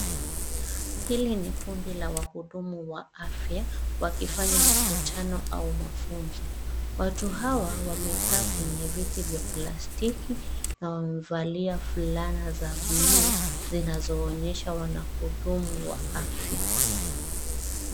Hili ni kundi la wahudumu wa afya wakifanya mkutano au mafunzo. Watu hawa wamekaa kwenye viti vya plastiki na wamevalia fulana za buluu zinazoonyesha wanahudumu wa afya.